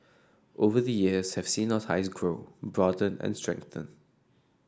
over the years have seen our ties grow broaden and strengthen